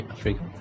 Africa